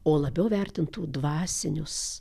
o labiau vertintų dvasinius